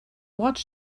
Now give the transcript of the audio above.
watch